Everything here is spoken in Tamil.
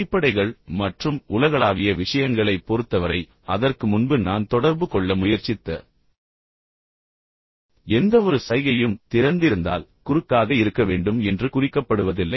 அடிப்படைகள் மற்றும் உலகளாவிய விஷயங்களைப் பொறுத்தவரை அதற்கு முன்பு நான் தொடர்பு கொள்ள முயற்சித்த எந்தவொரு சைகையும் திறந்திருந்தால் குறுக்காக இருக்க வேண்டும் என்று குறிக்கப்படுவதில்லை